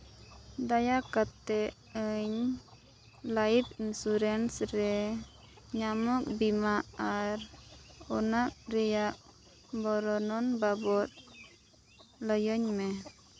ᱫᱟᱭᱟ ᱠᱟᱛᱮᱫ ᱤᱧ ᱞᱟᱭᱤᱯᱷ ᱤᱱᱥᱩᱨᱮᱱᱥ ᱨᱮ ᱧᱟᱢᱚᱜ ᱵᱤᱢᱟ ᱟᱨ ᱚᱱᱟ ᱨᱮᱭᱟᱜ ᱵᱚᱨᱱᱚᱱ ᱵᱟᱵᱚᱫ ᱞᱟᱹᱭᱟᱹᱧ ᱢᱮ